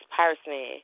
person